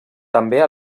també